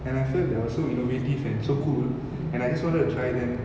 and feel they are so innovative and so cool and I just wanted to try then